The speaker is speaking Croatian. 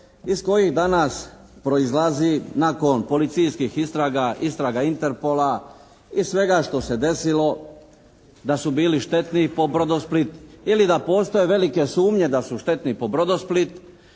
iz kojih danas proizlazi nakon policijskih istraga, istraga Interpola i svega što se desilo da su bili štetni po «Brodosplit» ili da postoje velike sumnje da su štetni po «Brodosplit»